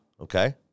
okay